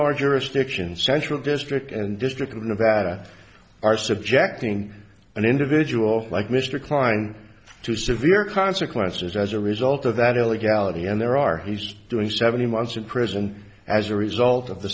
our jurisdiction central district and district of nevada are subjecting an individual like mr kline to severe consequences as a result of that illegality and there are he's doing seventy months in prison as a result of the